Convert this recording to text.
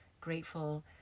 grateful